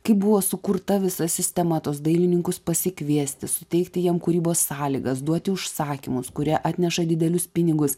kaip buvo sukurta visa sistema tuos dailininkus pasikviesti suteikti jiem kūrybos sąlygas duoti užsakymus kurie atneša didelius pinigus